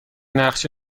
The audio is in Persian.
نقشه